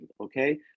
okay